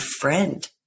friend